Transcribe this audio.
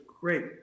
great